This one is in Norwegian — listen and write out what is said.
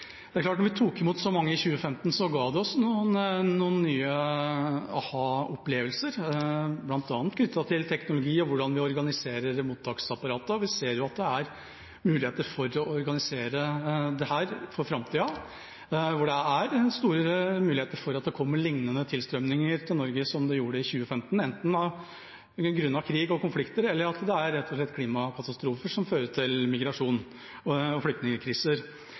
hvordan vi organiserer mottaksapparatet. Vi ser at det er muligheter for å organisere dette for framtida, da det er store muligheter for at det kommer slike tilstrømninger til Norge som det kom i 2015 – enten grunnet krig og konflikter eller at det rett og slett er klimakatastrofer som fører til migrasjon og flyktningkriser.